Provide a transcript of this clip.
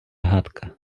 гадка